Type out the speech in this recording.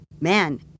man